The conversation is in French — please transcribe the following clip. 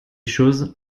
choses